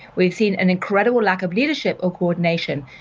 we've seen an incredible lack of leadership or coordination.